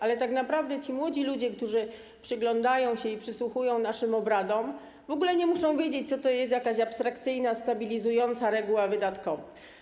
Ale tak naprawdę młodzi ludzie, którzy przyglądają się i przysłuchują naszym obradom, w ogóle nie muszą wiedzieć, co to jest jakaś abstrakcyjna stabilizująca reguła wydatkowa.